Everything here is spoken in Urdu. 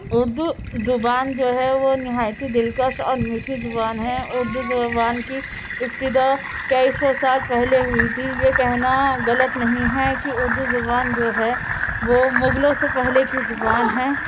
اردو زبان جو ہے وہ نہایت ہی دلکش اور میٹھی زبان ہے اردو زبان کی ابتدا کئی سو سال پہلے ہوئی تھی یہ کہنا غلط نہیں ہے کہ اردو زبان جو ہے وہ مغلوں سے پہلے کی زبان ہیں